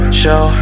show